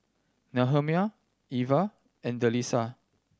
Nehemiah Ivah and Delisa